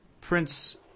Prince